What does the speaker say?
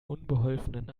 unbeholfenen